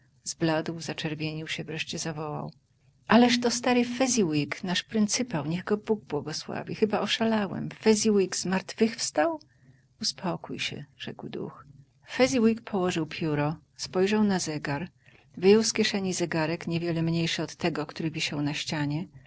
oglądać zbladł zaczerwienił się wreszcie zawołał ależ to stary fezziwig nasz pryncypał niech go bóg błogosławi chyba oszalałem fezziwig zmartwychwstał uspokój się rzekł duch fezziwig położył pióro spojrzał na zegar wyjął z kieszeni zegarek niewiele mniejszy od tego który wisiał na ścianie